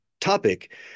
topic